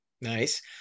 Nice